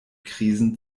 krisen